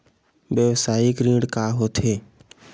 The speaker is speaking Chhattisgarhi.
व्यवसायिक ऋण का होथे?